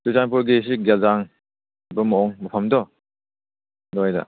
ꯆꯨꯔꯆꯥꯟꯄꯨꯔꯒꯤ ꯁꯤ ꯒꯦꯜꯖꯥꯡ ꯃꯐꯝꯗꯣ ꯑꯗꯨꯋꯥꯏꯗ